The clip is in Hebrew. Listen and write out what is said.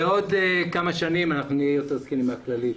בעוד כמה שנים אנחנו נהיה יותר זקנים מהכללית.